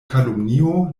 kalumnio